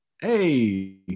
Hey